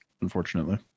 unfortunately